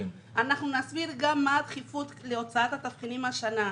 אנחנו נסביר גם מה הדחיפות להוצאת התבחינים השנה.